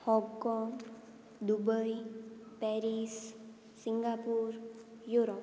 Hong Kong Dubai Paris Singapore Europe